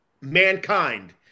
mankind